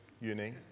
uni